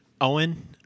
Owen –